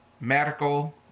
medical